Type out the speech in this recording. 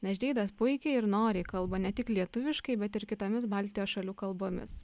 nes džeidas puikiai ir noriai kalba ne tik lietuviškai bet ir kitomis baltijos šalių kalbomis